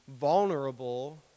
vulnerable